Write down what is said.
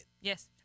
Yes